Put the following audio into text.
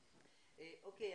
אוקיי,